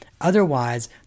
Otherwise